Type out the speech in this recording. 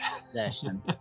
possession